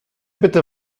bitte